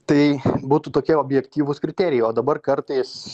tai būtų tokie objektyvūs kriterijai o dabar kartais